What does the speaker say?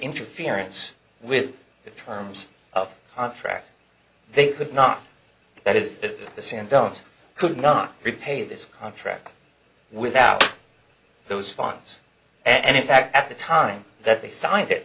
interference with the terms of contract they could not that is the same don't could not repay this contract without those funds and in fact at the time that they signed it